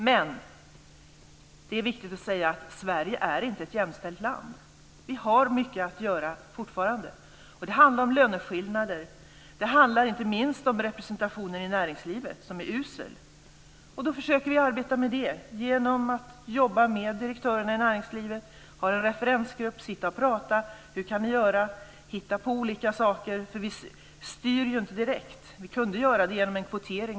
Men det är viktigt att säga att Sverige inte är ett jämställt land. Vi har fortfarande mycket att göra. Det handlar om löneskillnader, och det handlar inte minst om representationen i näringslivet som är usel. Vi försöker arbeta med det genom att jobba med direktörerna i näringslivet, genom att ha en referensgrupp, genom att prata om hur vi kan göra, genom att hitta på olika saker. Vi styr ju inte direkt. Vi kunde göra det genom kvotering.